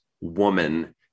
woman